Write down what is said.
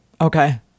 Okay